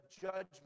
judgment